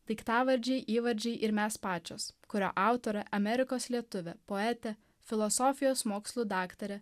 daiktavardžiai įvardžiai ir mes pačios kurio autorė amerikos lietuvė poetė filosofijos mokslų daktarė